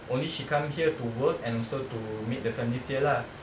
only she come here to work and also to meet the families here lah